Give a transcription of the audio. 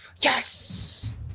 Yes